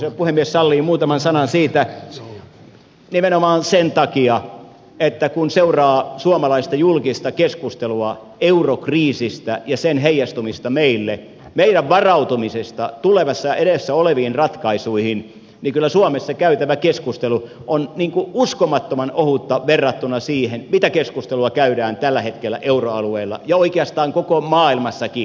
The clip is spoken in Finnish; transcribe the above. jos puhemies sallii muutama sana siitä nimenomaan sen takia että kun seuraa suomalaista julkista keskustelua eurokriisistä ja sen heijastumisesta meille meidän varautumisestamme tuleviin edessä oleviin ratkaisuihin niin kyllä suomessa käytävä keskustelu on niin kuin uskomattoman ohutta verrattuna siihen mitä keskustelua käydään tällä hetkellä euroalueella ja oikeastaan koko maailmassakin